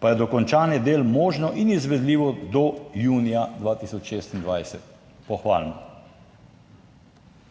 pa je dokončanje del možno in izvedljivo do junija 2026 - pohvalno.